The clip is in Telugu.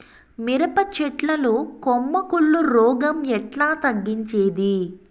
మిరప చెట్ల లో కొమ్మ కుళ్ళు రోగం ఎట్లా తగ్గించేది?